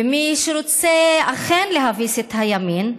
ומי שרוצה אכן להביס את הימין,